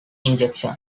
injection